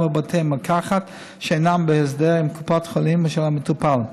בבתי מרקחת שאינם בהסדר עם קופת החולים של המטופל.